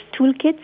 toolkits